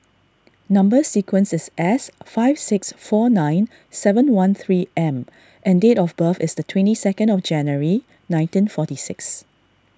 Number Sequence is S five six four nine seven one three M and date of birth is the twenty second of January nineteen forty six